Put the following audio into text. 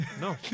No